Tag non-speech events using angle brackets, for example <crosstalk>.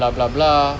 <noise>